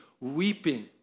weeping